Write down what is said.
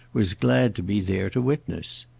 was glad to be there to witness.